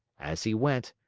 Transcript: as he went,